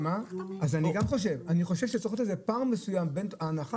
אני חושב שצריך להיות איזה פער מסוים בין ההנחה